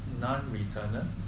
non-returner